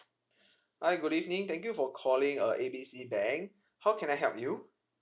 hi good evening thank you for calling uh A B C bank how can I help you